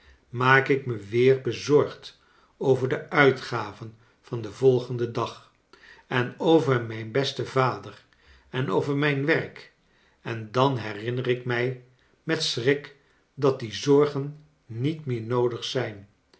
maak ik me weer bezorgd over de uitgaven van den volgenden dag en over mijn best en vader en over mijn werk en dan herinner ik mij met schrik dat die zorgen niet meer noodig zijn